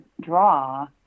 draw